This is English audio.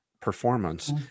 performance